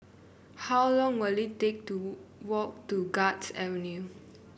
how long will it take to walk to Guards Avenue